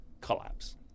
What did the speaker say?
collapse